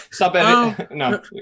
No